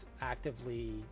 actively